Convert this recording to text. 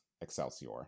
Excelsior